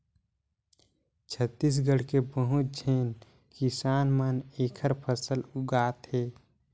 छत्तीसगढ़ के बहुत झेन किसान मन एखर फसल उगात हे